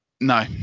No